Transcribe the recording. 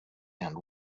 and